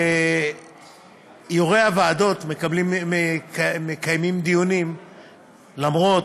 ויושבי-ראש הוועדות מקיימים דיונים למרות,